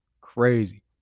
Crazy